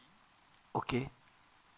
okay